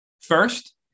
First